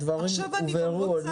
הדברים הובהרו.